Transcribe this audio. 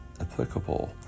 applicable